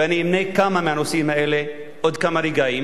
ואני אמנה כמה מהנושאים האלה עוד כמה רגעים,